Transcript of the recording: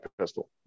pistol